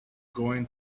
going